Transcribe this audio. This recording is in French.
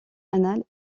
anale